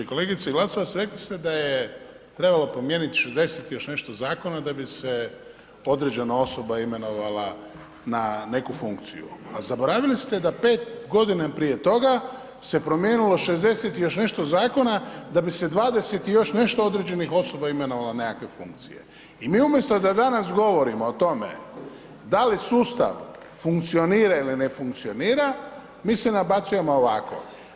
Kolegice Glasovac rekli ste da je trebalo promijeniti 60 i još nešto zakona da bi se određena osoba imenovala na neki funkciju, a zaboravili ste da 5 godina prije toga se promijenilo 60 i još nešto zakona da bi se 20 i još nešto određenih osoba imenovalo na nekakve funkcije i mi umjesto da danas govorimo o tome da li sustav funkcionira ili ne funkcionira mi se nabacujemo ovako.